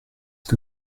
que